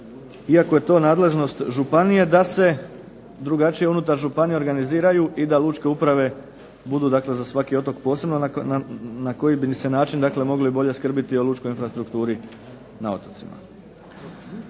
iako je to nadležnost županije, da se drugačije unutar županije organiziraju i da lučke uprave budu za svaki otok posebno na koji bi se način mogli bolje skrbiti o lučkoj infrastrukturi na otocima.